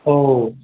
ओ